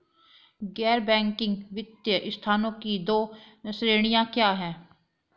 गैर बैंकिंग वित्तीय संस्थानों की दो श्रेणियाँ क्या हैं?